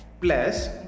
plus